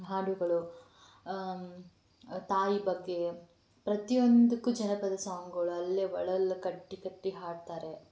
ಹಾಡುಗಳು ತಾಯಿ ಬಗ್ಗೆ ಪ್ರತಿಯೊಂದಕ್ಕೂ ಜನಪದ ಸಾಂಗ್ಗಳು ಅಲ್ಲೇ ಕಟ್ಟಿ ಕಟ್ಟಿ ಹಾಡ್ತಾರೆ